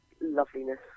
loveliness